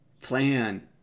plan